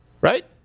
Right